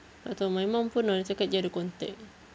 tak tahu my mum pun ada cakap dia ada contact